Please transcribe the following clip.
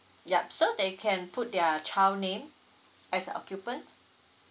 yup so they can put their child name as a occupant